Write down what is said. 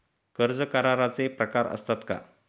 कर्ज कराराचे प्रकार असतात का?